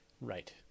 Right